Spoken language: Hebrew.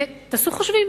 ותעשו חושבים.